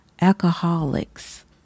alcoholics